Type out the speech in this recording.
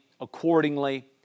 accordingly